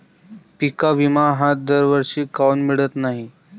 पिका विमा हा दरवर्षी काऊन मिळत न्हाई?